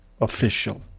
official